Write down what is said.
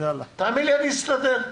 תאמין לי, אני אסתדר.